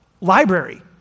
library